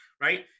right